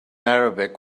arabic